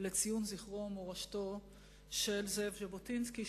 לציון זכרו ומורשתו של זאב ז'בוטינסקי,